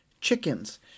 chickens